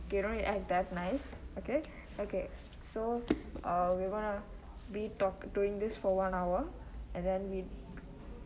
okay don't need to act that nice okay so we going to be talk going to be doing this for one hour and then we